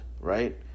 right